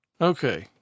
Okay